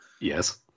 Yes